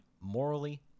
morally